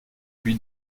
lui